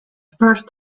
first